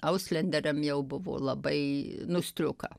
auslenderiam jau buvo labai nu striuka